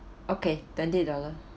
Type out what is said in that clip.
okay twenty dollar